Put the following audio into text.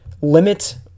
limit